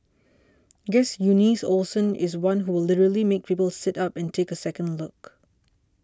guess Eunice Olsen is one who will literally make people sit up and take a second look